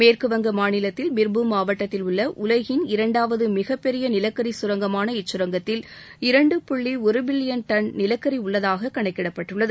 மேற்குவங்க மாநிலத்தில் பிர்பூம் மாவட்டத்தில் உள்ள உலகின் இரண்டாவது மிகப்பெரிய நிலக்கரி சுரங்கமான இச்சுரங்கத்தில் இரண்டு புள்ளி ஒரு பில்லியன் டன் நிலக்கரி உள்ளதாக கணக்கிடப்பட்டுள்ளது